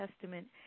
Testament